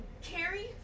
Carrie